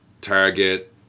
Target